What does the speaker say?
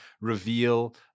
reveal